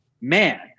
man